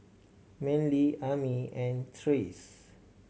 Manley Ami and Trace